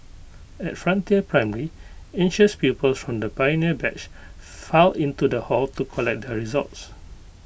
at frontier primary anxious pupils from the pioneer batch filed into the hall to collect their results